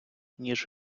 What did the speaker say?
ніж